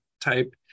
type